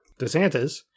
DeSantis